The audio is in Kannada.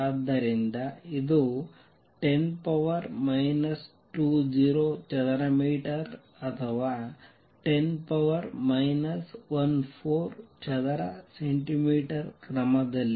ಆದ್ದರಿಂದ ಇದು 10 20 ಚದರ ಮೀಟರ್ ಅಥವಾ 10 14 ಚದರ ಸೆಂಟಿಮೀಟರ್ ಕ್ರಮದಲ್ಲಿ